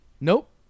Nope